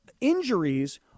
injuries